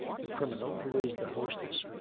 the criminal, who is the hostess,